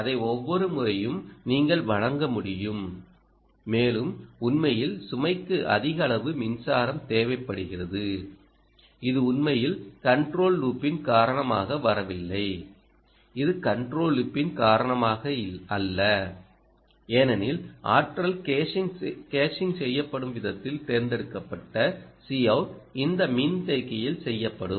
அதை ஒவ்வொரு முறையும் நீங்கள் வழங்க முடியும் மேலும் உண்மையில் சுமைக்கு அதிக அளவு மின்சாரம் தேவைப்படுகிறது இது உண்மையில் கன்ட்ரோல் லூப்பின் காரணமாக வரவில்லை இது கன்ட்ரோல் லூப்பின் காரணமாக அல்ல ஏனெனில் ஆற்றல் கேஷிங் செய்யும் விதத்தில் தேர்ந்தெடுக்கப்பட்ட Cout இந்த மின்தேக்கியில் செய்யப்படும்